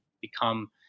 become